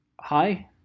hi